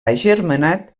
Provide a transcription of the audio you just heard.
agermanat